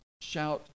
shout